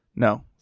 No